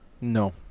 No